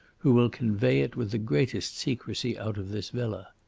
who will convey it with the greatest secrecy out of this villa.